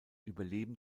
überleben